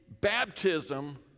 baptism